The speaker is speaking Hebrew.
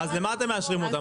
למה אתם מאשרים אותה?